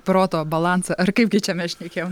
proto balansą ar kaipgi čia mes šnekėjom